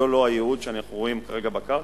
זה לא הייעוד שאנחנו רואים כרגע בקרקע,